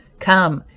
come,